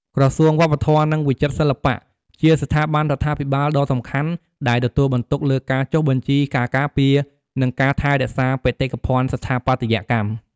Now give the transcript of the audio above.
ក្រសួងវប្បធម៌ និងវិចិត្រសិល្បៈ ជាស្ថាប័នរដ្ឋាភិបាលដ៏សំខាន់ដែលទទួលបន្ទុកលើការចុះបញ្ជី ការការពារ និងការថែរក្សាបេតិកភណ្ឌស្ថាបត្យកម្ម។